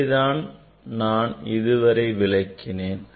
இதைத்தான் நான் இதுவரை விளக்கினேன்